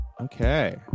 Okay